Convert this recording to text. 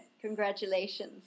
congratulations